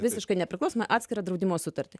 visiškai nepriklausomai atskirą draudimo sutartį